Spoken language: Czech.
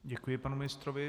Děkuji panu ministrovi.